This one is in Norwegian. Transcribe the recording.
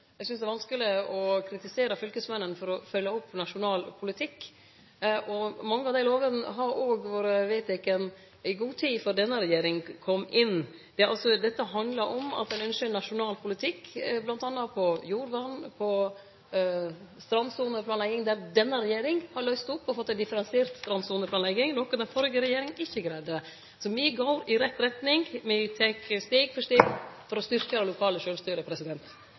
Eg synest det er vanskeleg å kritisere fylkesmennene for å følgje opp nasjonal politikk. Mange av dei lovene vart òg vedtekne i god tid før denne regjeringa kom inn her. Dette handlar om at ein ynskjer ein nasjonal politikk, bl.a. innan jordvern og strandsoneplanlegging. Denne regjeringa har løyst opp og fått ei differensiert strandsoneplanlegging, noko den førre regjeringa ikkje greidde. Så me går i rett retning, me tek steg for steg for å styrkje det lokale sjølvstyret.